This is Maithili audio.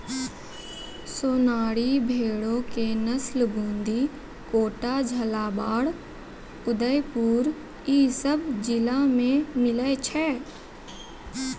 सोनारी भेड़ो के नस्ल बूंदी, कोटा, झालाबाड़, उदयपुर इ सभ जिला मे मिलै छै